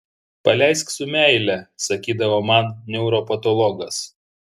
paleisk su meile sakydavo man neuropatologas